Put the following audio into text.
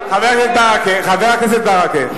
חבר הכנסת ברכה,